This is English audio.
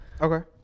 Okay